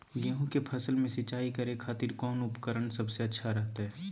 गेहूं के फसल में सिंचाई करे खातिर कौन उपकरण सबसे अच्छा रहतय?